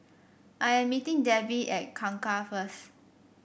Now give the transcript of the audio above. I am meeting Debi at Kangkar first